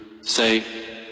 Say